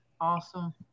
Awesome